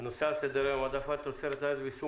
הנושא היום הוא העדפת תוצרת הארץ ויישום